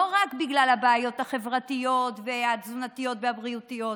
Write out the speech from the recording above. ולא רק בגלל הבעיות החברתיות והתזונתיות והבריאותיות,